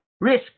risk